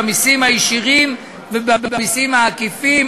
במסים הישירים ובמסים הרגרסיביים,